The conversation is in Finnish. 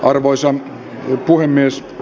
arvoisa puhemies